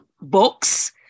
books